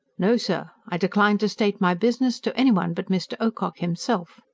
no, sir, i decline to state my business to anyone but mr. ocock himself!